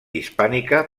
hispànica